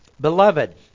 Beloved